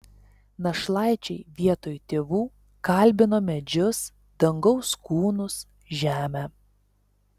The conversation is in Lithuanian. našlaičiai vietoj tėvų kalbino medžius dangaus kūnus žemę